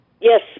Yes